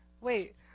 Wait